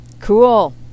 Cool